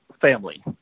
family